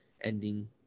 ending